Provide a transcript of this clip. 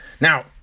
Now